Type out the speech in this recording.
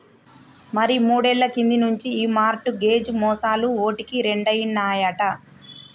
మరి మూడేళ్ల కింది నుంచి ఈ మార్ట్ గేజ్ మోసాలు ఓటికి రెండైనాయట